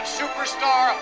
superstar